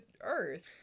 Earth